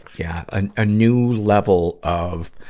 yeah. a, a new level of,